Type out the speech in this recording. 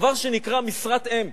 דבר שנקרא "משרת אם".